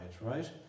right